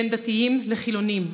בין דתיים לחילונים,